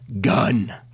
gun